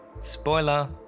Spoiler